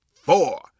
four